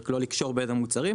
רק לא לקשור בין מוצרים,